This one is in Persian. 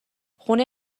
خونه